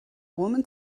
woman